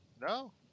No